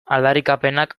aldarrikapenak